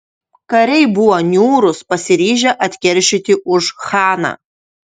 kariai buvo niūrūs pasiryžę atkeršyti už chaną